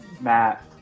Matt